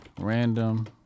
random